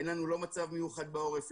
אין לנו לא מצב מיוחד בעורף,